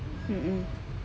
mmhmm